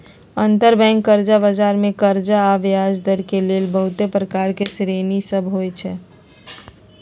अंतरबैंक कर्जा बजार मे कर्जा आऽ ब्याजदर के लेल बहुते प्रकार के श्रेणि सभ होइ छइ